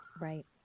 Right